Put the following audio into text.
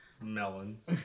Melons